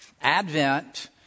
Advent